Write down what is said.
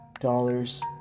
dollars